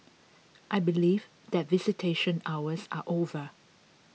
I believe that visitation hours are over